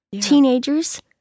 teenagers